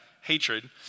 hatred